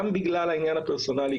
גם בגלל העניין הפרסונלי,